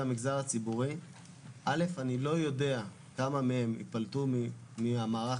המגזר הציבורי - אני לא יודע כמה מהם ייפלטו ממערך